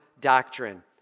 doctrine